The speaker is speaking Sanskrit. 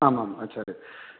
आम् आम् आचार्य